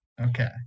Okay